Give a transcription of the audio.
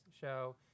show